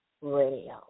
Radio